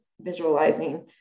visualizing